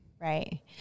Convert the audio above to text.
Right